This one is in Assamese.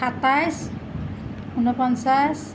সাতাইছ ঊনপঞ্চাশ